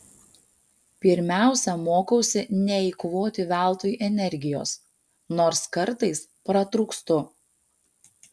pirmiausia mokausi neeikvoti veltui energijos nors kartais pratrūkstu